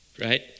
right